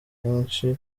akenshi